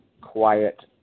quiet